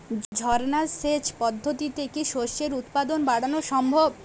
ঝর্না সেচ পদ্ধতিতে কি শস্যের উৎপাদন বাড়ানো সম্ভব?